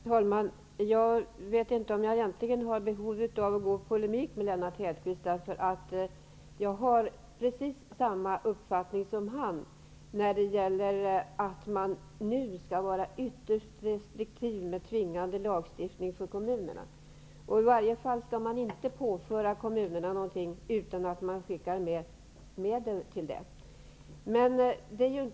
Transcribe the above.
Herr talman! Jag vet inte om jag egentligen behöver gå i polemik med Lennart Hedquist. Jag har precis samma uppfattning som han om att man nu skall vara ytterst restriktiv med för kommunerna tvingande lagstiftning. I varje fall skall man inte påföra kommunerna några uppgifter utan att man skickar med medel.